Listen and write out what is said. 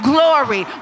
Glory